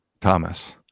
Thomas